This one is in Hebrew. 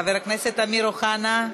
חבר הכנסת אמיר אוחנה,